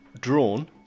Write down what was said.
drawn